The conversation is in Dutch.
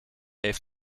heeft